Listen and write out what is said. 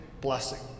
blessing